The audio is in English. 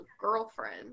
girlfriend